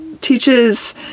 Teaches